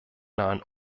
nahen